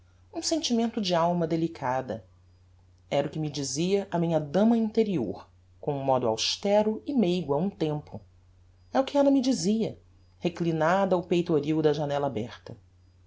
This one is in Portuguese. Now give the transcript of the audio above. um sentimento de alma delicada era o que me dizia a minha dama interior com um modo austero e meigo a um tempo é o que ella me dizia reclinada ao peitoril da janella aberta